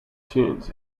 tunes